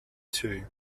two